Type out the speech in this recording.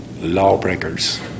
lawbreakers